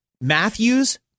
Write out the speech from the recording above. Matthews